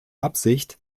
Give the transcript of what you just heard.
absicht